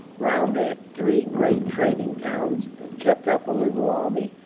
round their three great trading towns and kept up a little army,